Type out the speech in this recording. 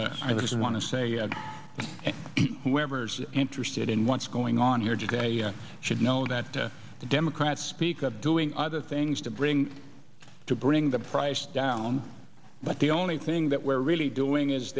just want to say whoever's interested in what's going on here today should know that to the democrats speak of doing other things to bring to bring the price down but the only thing that we're really doing is